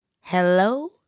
Hello